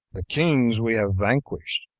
the kings we have vanquished,